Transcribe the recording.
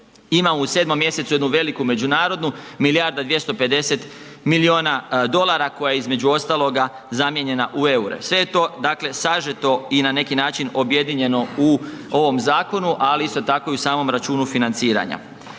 imamo u 7. mj., jednu veliku međunarodnu, milijarda i 250 milijuna dolara koja je između ostaloga zamijenjena u eure. Sve to dakle sažeto i na neki način objedinjeno u ovom zakonu ali isto tako i u samom računu financiranja.